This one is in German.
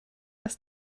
das